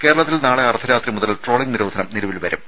കേരളത്തിൽ നാളെ അർദ്ധരാത്രി മുതൽ ട്രോളിംഗ് നിരോധനം നിലവിൽ വരും